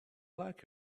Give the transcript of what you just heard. like